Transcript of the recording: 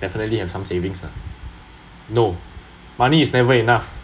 definitely have some savings lah no money is never enough